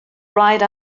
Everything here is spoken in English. ride